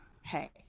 hey